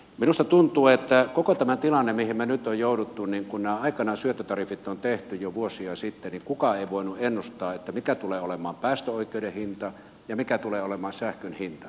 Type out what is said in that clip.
minusta tuntuu että koko tämä tilanne mihin me nyt olemme joutuneet on sellainen että kun aikanaan nämä syöttötariffit on tehty jo vuosia sitten niin kukaan ei voinut ennustaa mikä tulee olemaan päästöoikeuden hinta ja mikä tulee olemaan sähkön hinta